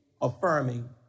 affirming